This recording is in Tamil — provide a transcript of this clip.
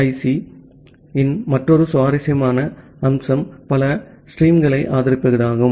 QUIC இன் மற்றொரு சுவாரஸ்யமான அம்சம் பல ஸ்ட்ரீமிங்கை ஆதரிப்பதாகும்